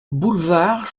boulevard